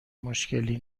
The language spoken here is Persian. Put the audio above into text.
مشکلی